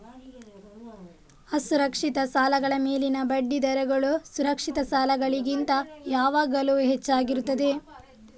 ಅಸುರಕ್ಷಿತ ಸಾಲಗಳ ಮೇಲಿನ ಬಡ್ಡಿ ದರಗಳು ಸುರಕ್ಷಿತ ಸಾಲಗಳಿಗಿಂತ ಯಾವಾಗಲೂ ಹೆಚ್ಚಾಗಿರುತ್ತದೆ